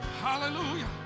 Hallelujah